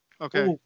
Okay